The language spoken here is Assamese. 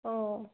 অঁ